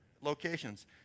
locations